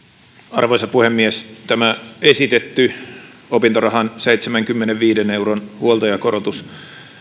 arvoisa puhemies tämä esitetty opintorahan seitsemänkymmenenviiden euron huoltajakorotus